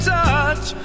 touch